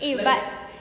eh but